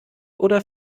oder